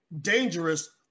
dangerous